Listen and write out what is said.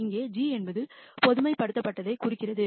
இங்கே g என்பது பொதுமைப்படுத்தப்பட்டதைக் குறிக்கிறது